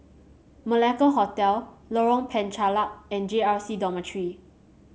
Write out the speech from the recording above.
Malacca Hotel Lorong Penchalak and J R C Dormitory